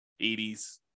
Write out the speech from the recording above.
80s